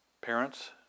Parents